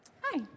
Hi